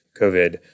COVID